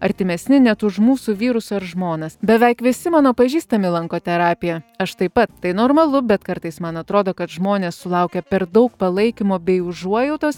artimesni net už mūsų vyrus ar žmonas beveik visi mano pažįstami lanko terapiją aš taip pat tai normalu bet kartais man atrodo kad žmonės sulaukia per daug palaikymo bei užuojautos